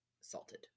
salted